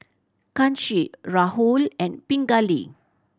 Kanshi Rahul and Pingali